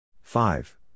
Five